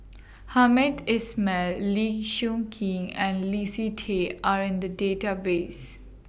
Hamed Ismail Lee Choon Kee and Leslie Tay Are in The Database